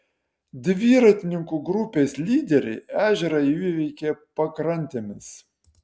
dviratininkų grupės lyderiai ežerą įveikė pakrantėmis